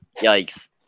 yikes